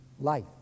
Life